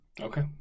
Okay